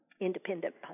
Independent